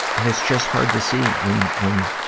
and it's just hard to see, when, when,